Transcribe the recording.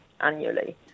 annually